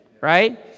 Right